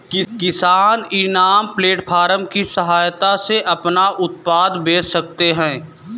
किसान इनाम प्लेटफार्म की सहायता से अपना उत्पाद बेच सकते है